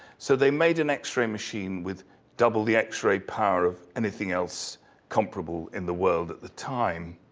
so they made an x-ray machine with double the x-ray power of anything else comparable in the world at the time.